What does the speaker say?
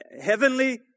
heavenly